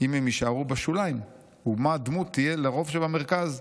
אם הם יישארו בשוליים ומה דמות תהיה לרוב שבמרכז.